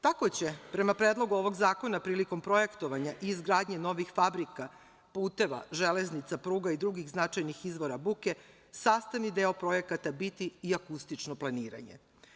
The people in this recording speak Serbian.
Tako će prema Predlogu ovog zakona prilikom projektovanja i izgradnje novih fabrika, puteva, železnica, pruga i drugih značajnih izvora buke sastavni deo projekata biti i akustično planiranje.